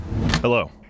Hello